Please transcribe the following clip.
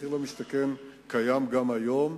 מחיר למשתכן קיים גם היום,